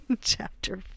Chapter